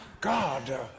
God